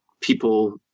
people